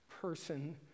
person